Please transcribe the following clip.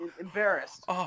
embarrassed